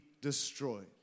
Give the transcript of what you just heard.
destroyed